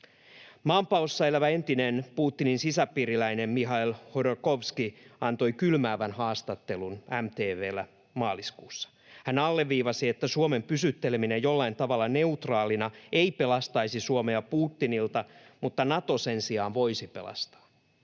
Maanpaossa elävä entinen Putinin sisäpiiriläinen Mihail Hodorkovski antoi kylmäävän haastattelun MTV:llä maaliskuussa. Hän alleviivasi, että Suomen pysytteleminen jollain tavalla neutraalina ei pelastaisi Suomea Putinilta, mutta Nato sen sijaan voisi pelastaa.